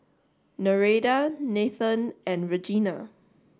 Nereida Nathen and Regina